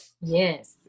Yes